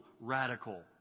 radical